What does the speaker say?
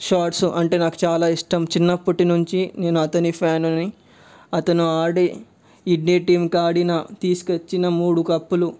shots అంటే నాకు చాలా ఇష్టం చిన్నప్పటి నుంచి నేను అతని ఫ్యాన్నుని అతను ఆడే ఇండియా టీమ్కి ఆడిన తీసుక వచ్చిన మూడు కప్పులు